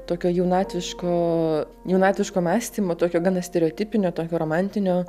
tokio jaunatviško jaunatviško mąstymo tokio gana stereotipinio tokio romantinio